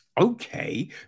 okay